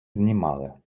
знімали